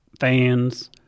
fans